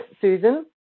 Susan